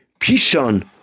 Pishon